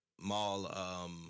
Mall